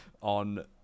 on